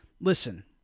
listen